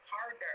harder